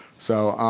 so